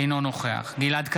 אינו נוכח גלעד קריב,